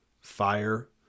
fire